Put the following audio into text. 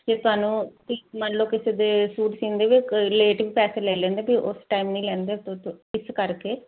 ਤੇ ਤੁਹਾਨੂੰ ਵੀ ਮੰਨ ਲਓ ਕਿਸੇ ਦੇ ਸੂਟ ਸੀਂਦੇ ਵੀ ਲੇਟ ਵੀ ਪੈਸੇ ਲੈ ਲੈਂਦੇ ਵੀ ਉਸ ਟਾਈਮ ਨਹੀਂ ਲੈਂਦੇ ਇਸ ਕਰਕੇ